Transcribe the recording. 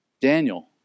Daniel